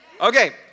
Okay